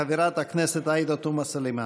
חברת הכנסת עאידה תומא סלימאן.